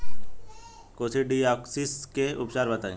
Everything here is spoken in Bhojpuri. कोक्सीडायोसिस के उपचार बताई?